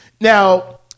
Now